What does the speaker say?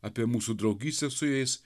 apie mūsų draugystę su jais